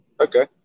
Okay